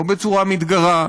לא בצורה מתגרה.